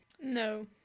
No